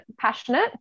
passionate